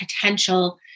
potential